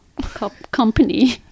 Company